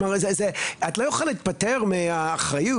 את לא יכולה להתפטר מאחריות.